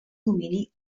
domini